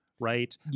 right